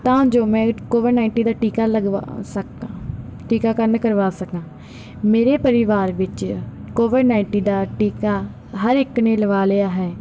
ਤਾਂ ਜੋ ਮੈਂ ਇਟ ਕੋਵਿਡ ਨਾਈਨਟੀਨ ਦਾ ਟੀਕਾ ਲਗਵਾ ਸਕਾਂ ਟੀਕਾਕਰਨ ਕਰਵਾ ਸਕਾਂ ਮੇਰੇ ਪਰਿਵਾਰ ਵਿੱਚ ਕੋਵਿਡ ਨਾਈਨਟੀਨ ਦਾ ਟੀਕਾ ਹਰ ਇੱਕ ਨੇ ਲਗਾ ਲਿਆ ਹੈ